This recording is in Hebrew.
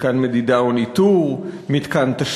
מתקן מדידה וניטור,